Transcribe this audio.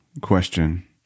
question